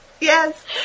yes